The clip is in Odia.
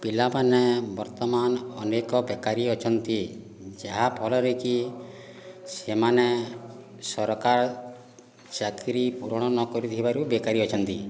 ପିଲାମାନେ ବର୍ତ୍ତମାନ ଅନେକ ବେକାରୀ ଅଛନ୍ତି ଯାହାଫଳରେକି ସେମାନେ ସରକାର ଚାକିରି ପୂରଣ ନକରିଥିବାରୁ ବେକାରୀ ଅଛନ୍ତି